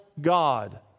God